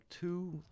two